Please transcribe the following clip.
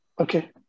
Okay